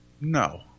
No